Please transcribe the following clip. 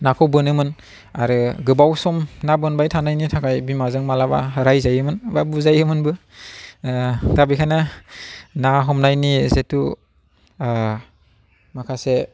नाखौ बोनोमोन आरो गोबाव सम ना बोनबाय थानायनि थाखाय बिमाजों माब्लाबा रायजायोमोन बा बुजायो मोनबो दा बेनिखायनो ना हमनायनि जिहेथु माखासे